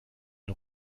den